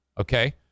Okay